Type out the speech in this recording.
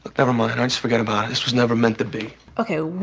never mind, just forget about. this was never meant to be ok,